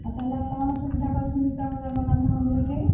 ଆଉ ତାହେଲେ କ'ଣ ସୁବିଧା କରିଛନ୍ତି ତୁମର ଜଗନ୍ନାଥ ମନ୍ଦିର ଠି